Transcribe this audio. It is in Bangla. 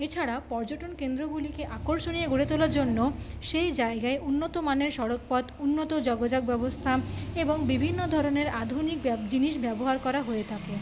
এছাড়া পর্যটন কেন্দ্রগুলিকে আকর্ষণীয় গড়ে তোলার জন্য সেই জায়গায় উন্নত মানের সড়ক পথ উন্নত যোগযোগ ব্যবস্থা এবং বিভিন্ন ধরনের আধুনিক জিনিস ব্যবহার করা হয়ে থাকে